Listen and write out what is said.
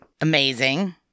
Amazing